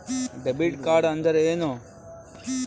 Debit ಕಾರ್ಡ್ಅಂದರೇನು?